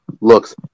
looks